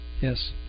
Yes